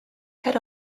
head